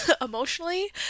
emotionally